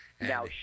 Now